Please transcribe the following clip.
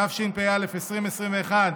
התשפ"א 2021,